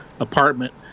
apartment